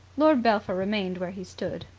lord belpher remained where he stood,